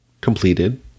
completed